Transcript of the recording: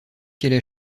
qu’elle